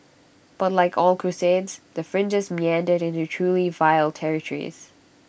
but like all crusades the fringes meandered into truly vile territories